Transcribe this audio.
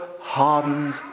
hardened